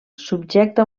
subjecta